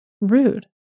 rude